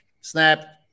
Snap